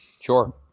Sure